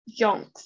yonks